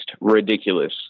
ridiculous